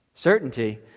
Certainty